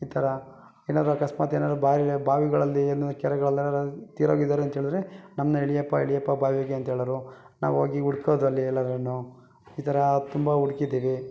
ಈ ಥರ ಏನಾದ್ರು ಅಕಸ್ಮಾತ್ ಏನಾದ್ರು ಬಾಯಿ ಬಾವಿಗಳಲ್ಲಿ ಏನು ಕೆರೆಗಳಲ್ಲಿ ಯಾರಾರು ತೀರೋಗಿದ್ದಾರೆ ಅಂತ ಹೇಳದ್ರೆ ನಮ್ಮನ್ನ ಎಳಿಯಪ್ಪ ಎಳಿಯಪ್ಪ ಬಾವಿಗೆ ಅಂತ ಹೇಳೋರು ನಾವು ಹೋಗಿ ಹುಡ್ಕೋದು ಅಲ್ಲಿ ಎಲ್ಲಾರೂ ಈ ಥರ ತುಂಬ ಹುಡ್ಕಿದೀವಿ